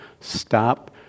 Stop